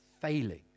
failing